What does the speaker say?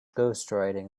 ghostwriting